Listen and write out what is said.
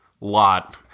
lot